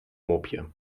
mopje